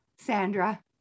Sandra